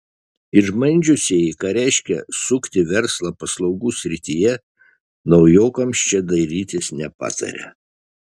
išbandžiusieji ką reiškia sukti verslą paslaugų srityje naujokams čia dairytis nepataria